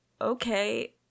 Okay